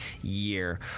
year